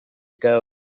ago